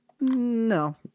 No